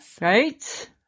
Right